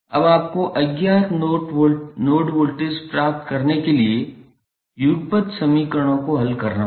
अब आपको अज्ञात नोड वोल्टेज प्राप्त करने के लिए युगपत समीकरणों को हल करना होगा